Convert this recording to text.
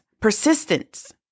persistence